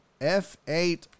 F8